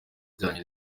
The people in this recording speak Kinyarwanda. ajyanye